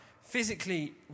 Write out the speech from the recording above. physically